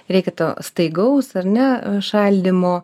reikia to staigaus ar ne šaldymo